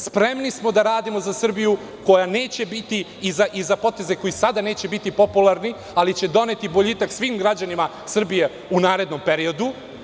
Spremni smo da radimo za Srbiju koja neće biti i za poteze koji sada neće biti popularni, ali će doneti boljitak svim građanima Srbije u narednom periodu.